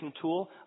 tool